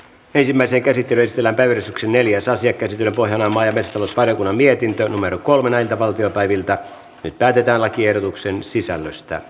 ensimmäisen käsitteistöllä päivystyksen neljässä sekä pohjolan vahvistus valiokunnan mietintö numero kolme näitä valtiopäiviltä nyt päätetään lakiehdotuksen sisällöstä